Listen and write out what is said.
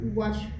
watch